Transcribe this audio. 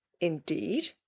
Indeed